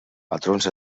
patrons